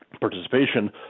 participation